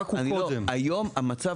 היום המצב